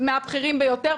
מהבכירים ביותר,